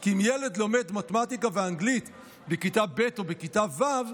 כי אם ילד לא לומד מתמטיקה ואנגלית בכיתה ב' או בכיתה ו',